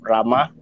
Rama